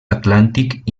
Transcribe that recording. atlàntic